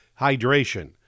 hydration